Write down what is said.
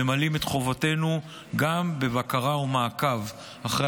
ממלאים את חובתנו גם בבקרה ומעקב אחרי